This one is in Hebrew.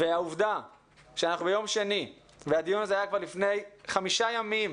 העובדה שאנחנו ביום שני והדיון הזה היה כבר לפני חמישה ימים.